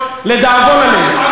לדאבון הלב,